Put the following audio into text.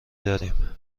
داریم